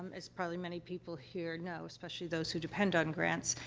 um, as, probably, many people here know, especially those who depend on grants,